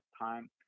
time